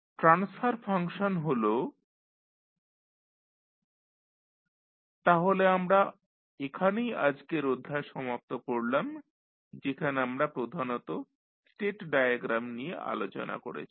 transfer function হল YR1s23s2 তাহলে আমরা এখানেই আজকের অধ্যায় সমাপ্ত করলাম যেখানে আমরা প্রধানত স্টেট ডায়াগ্রাম নিয়ে আলোচনা করেছি